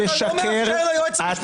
אתה לא מאפשר ליועץ המשפטי להשלים משפט.